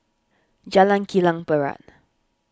Jalan Kilang Barat